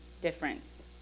difference